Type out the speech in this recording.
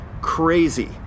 crazy